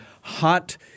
hot